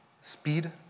Speed